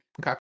okay